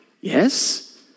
Yes